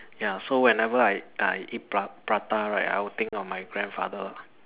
ya so whenever I I eat pra~ prata right I would think of my grandfather